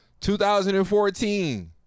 2014